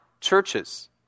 churches